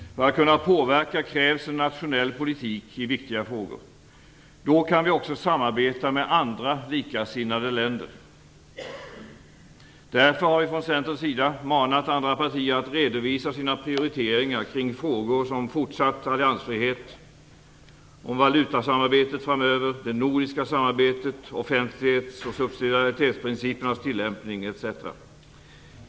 För att kunna påverka krävs en nationell politik i viktiga frågor. Då kan vi också samarbeta med andra likasinnnade länder. Därför har vi från Centerns sida manat andra partier att redovisa sina prioriteringar kring frågor såsom fortsatt alliansfrihet, valutasamarbetet framöver, det nordiska samarbetet, offentlighets och subsidiaritetsprincipernas tillämpning, etc.